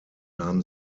nahm